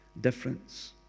difference